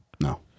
No